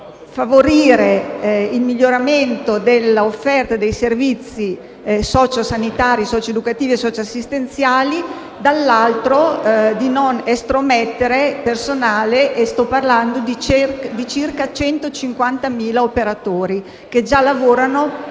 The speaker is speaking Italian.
favorire il miglioramento dell'offerta dei servizi sociosanitari, socioeducativi e socioassistenziali e, dall'altro, di non estromettere del personale, e sto parlando di circa 150.000 operatori che già lavorano,